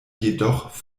jedoch